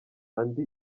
andi